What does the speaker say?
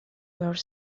were